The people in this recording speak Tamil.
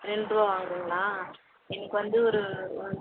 ரெண்டு ரூபா வாங்குறீங்களா எனக்கு வந்து ஒரு